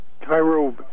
Cairo